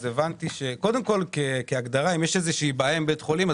אם יש בעיה עם בית חולים,